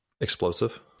Explosive